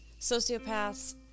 Sociopaths